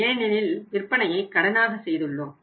ஏனெனில் விற்பனையை கடனாக செய்துள்ளோம்